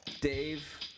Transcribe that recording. Dave